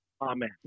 Amen